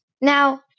Now